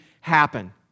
happen